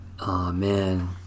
Amen